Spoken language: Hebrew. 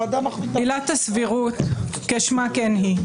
עילת הסבירות, כשמה כן היא.